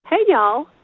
hey, y'all.